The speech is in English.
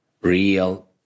real